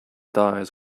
thighs